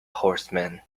horsemen